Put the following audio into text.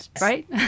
right